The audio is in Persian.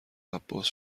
عباس